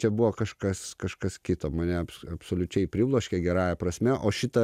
čia buvo kažkas kažkas kito mane abso absoliučiai pribloškė gerąja prasme o šita